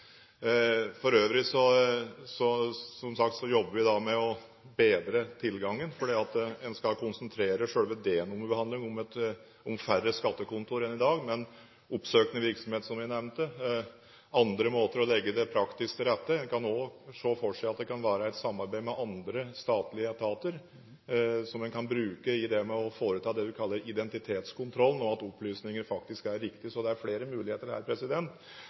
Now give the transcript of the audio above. Som sagt jobber vi med å bedre tilgangen, fordi en skal konsentrere selve D-nummerbehandlingen til færre skattekontor enn i dag, med oppsøkende virksomhet, som jeg nevnte, og andre måter å legge det praktisk til rette på. Man kan også se for seg at det kan være et samarbeid med andre statlige etater, som kan brukes til å foreta det en kan kalle identitetskontroll, at opplysningene faktisk er riktige. Det er flere muligheter her